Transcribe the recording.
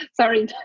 Sorry